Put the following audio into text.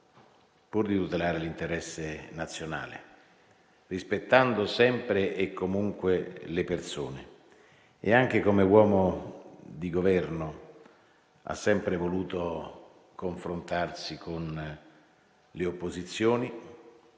pur di tutelare l'interesse nazionale, rispettando sempre e comunque le persone. Anche come uomo di Governo, ha sempre voluto confrontarsi con le opposizioni.